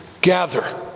gather